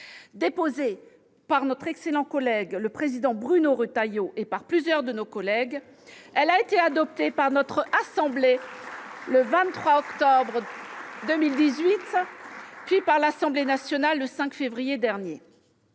Déposée par notre excellent collègue, le président Bruno Retailleau, ... Très bien !... et par plusieurs de nos collègues, elle a été adoptée par la Haute Assemblée le 23 octobre 2018, puis par l'Assemblée nationale le 5 février dernier.